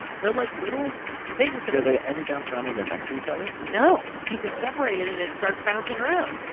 they're like little things that do they only bounce around when they're next to each other? no. you could separate it and it starts bouncing around.